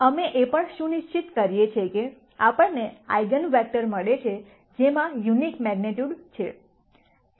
અમે એ પણ સુનિશ્ચિત કરીએ છીએ કે આપણને આઇગન વેક્ટર મળે છે જેમાં યુનિટ મેગ્નિટ્યુડ છે